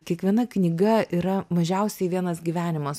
kiekviena knyga yra mažiausiai vienas gyvenimas